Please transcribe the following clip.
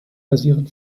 basieren